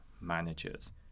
managers